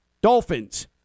Dolphins